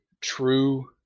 true